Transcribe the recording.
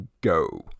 go